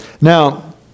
Now